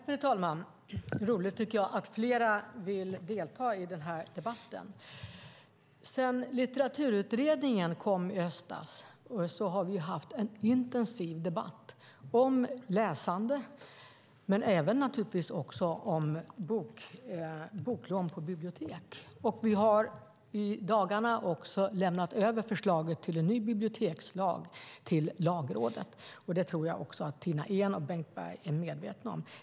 Fru talman! Jag tycker att det är roligt att flera vill delta i den här debatten. Sedan Litteraturutredningen kom i höstas har vi haft en intensiv debatt om läsande och om boklån på bibliotek. I dagarna har vi också lämnat över förslaget till en ny bibliotekslag till Lagrådet. Det tror jag att Tina Ehn och Bengt Berg är medvetna om.